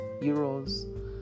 euros